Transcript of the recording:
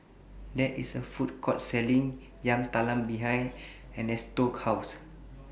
There IS A Food Court Selling Yam Talam behind Ernesto's House